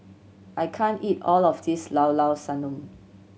I can't eat all of this Llao Llao Sanum